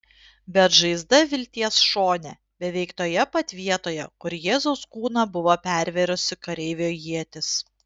bet žaizda vilties šone beveik toje pat vietoje kur jėzaus kūną buvo pervėrusi kareivio ietis